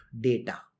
data